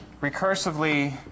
recursively